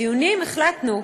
בדיונים החלטנו,